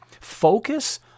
Focus